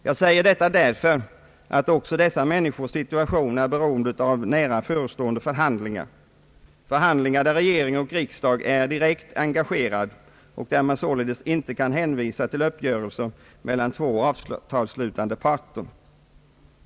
Jag säger detta därför att också dessa människors situation är beroende av nära förestående förhandlingar, där regering och riksdag har direkt engagerats och där det således inte kan hänvisas till uppgörelse mellan två avtalsslutande parter.